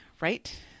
Right